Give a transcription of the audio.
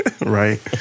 Right